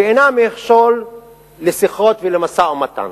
ואינה מכשול לשיחות ולמשא-ומתן.